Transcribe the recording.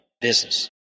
business